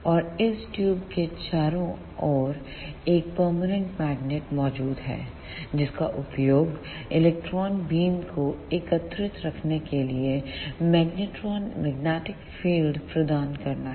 और इस ट्यूब के चारों ओर एक परमानेंट मैग्नेट मौजूद है जिसका उपयोग इलेक्ट्रॉन बीम को एकत्रित रखने के लिए मैग्नेटिक फील्ड प्रदान करना है